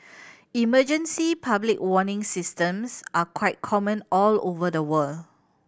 emergency public warning systems are quite common all over the world